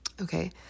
Okay